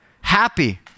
Happy